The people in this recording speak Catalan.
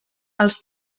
els